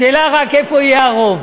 השאלה רק איפה יהיה הרוב.